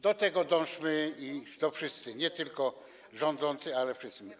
Do tego dążmy, i to wszyscy, nie tylko rządzący, ale wszyscy.